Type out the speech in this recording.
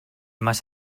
маш